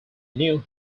knew